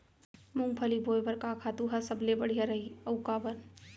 मूंगफली बोए बर का खातू ह सबले बढ़िया रही, अऊ काबर?